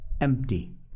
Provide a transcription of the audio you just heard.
empty